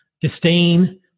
disdain